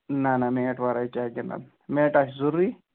نا نا میٹ وَرٲے چھا گِندان میٹ آسہِ ضٔروٗری